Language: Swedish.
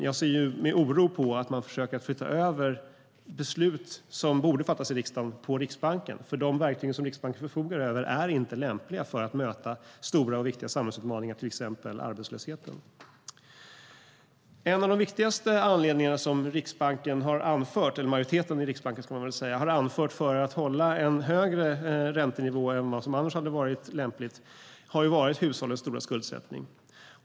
Jag ser med oro på att man försöker flytta över sådana beslut på Riksbanken som i stället borde fattas av riksdagen. De verktyg som Riksbanken förfogar över är inte lämpliga för att möta stora och viktiga samhällsutmaningar, till exempel arbetslösheten. En av de viktigaste anledningarna som majoriteten i Riksbanken anfört till att hålla en högre räntenivå än vad som annars hade varit lämpligt har varit hushållens stora skuldsättning.